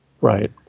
Right